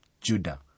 Judah